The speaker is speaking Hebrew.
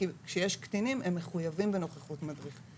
כי כשיש קטינים הם מחויבים בנוכחות מדריך,